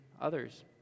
others